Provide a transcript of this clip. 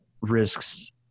risks